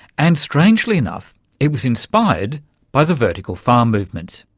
and strangely enough it was inspired by the vertical farm movement.